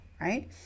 right